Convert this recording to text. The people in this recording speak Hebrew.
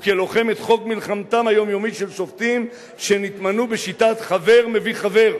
וכלוחם את חוק מלחמתם היומיומית של שופטים שנתמנו בשיטת חבר מביא חבר,